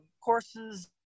courses